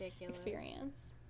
experience